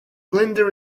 glinda